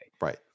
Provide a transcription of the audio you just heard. Right